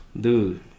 Dude